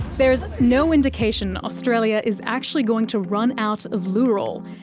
there's no indication australia is actually going to run out of loo rolls.